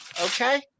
Okay